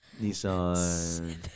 Nissan